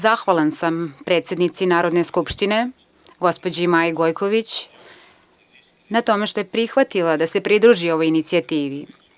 Zahvalan sam predsednici Narodne skupštine gospođi Maji Gojković na tome što je prihvatila da se pridruži ovoj inicijativi.